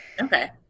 okay